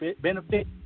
benefit